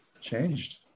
changed